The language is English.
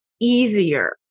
easier